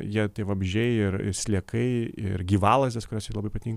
jie tie vabzdžiai ir ir sliekai ir gyvalazdės kurios jai labai patin